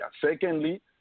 Secondly